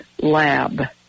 Lab